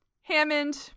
Hammond